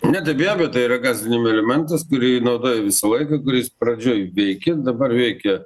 ne tai be abejo tai yra gąsdinimo elementas kurį naudoja visą laiką kuris pradžioj veikė dabar veikia